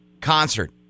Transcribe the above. concert